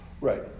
Right